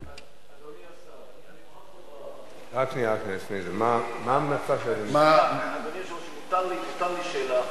אדוני השר, אדוני היושב-ראש, אם מותר לי שאלה אחת.